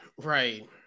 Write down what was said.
right